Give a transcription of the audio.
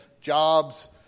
jobs